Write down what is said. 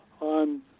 on